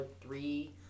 three